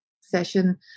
session